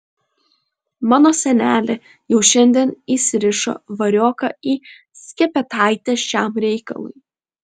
mano senelė jau šiandien įsirišo varioką į skepetaitę šiam reikalui